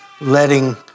letting